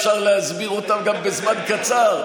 אפשר להסביר אותה גם בזמן קצר,